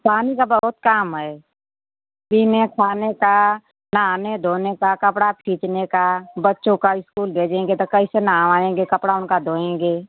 पानी का बहुत काम है दी में खाने का नहाने धोने का कपड़ा खींचने का बच्चों का इस्कूल भेजेंगे तो कैसे नहवाएँगे कपड़ा उनका धोएँगे